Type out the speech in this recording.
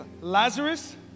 Lazarus